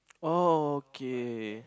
oh okay